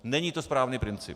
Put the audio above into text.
Není to správný princip.